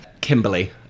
Kimberly